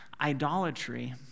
Idolatry